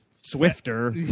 swifter